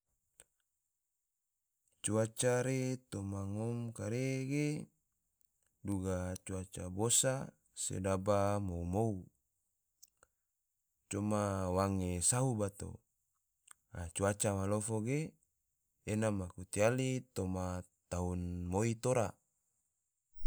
Cuaca re toma ngom kare ge, duga cuaca bosa sedaba mou-mou, coma wange sahu bato, a cuaca malofo ge, ena maku tiali toma tahun moi tora.